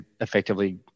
effectively